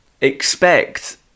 expect